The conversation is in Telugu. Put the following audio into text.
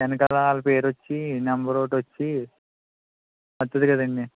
వెనకాల వాళ్ళ పేరొచ్చి నెంబర్ ఒకటి వచ్చి వస్తుంది కదండి